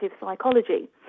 psychology